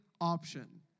option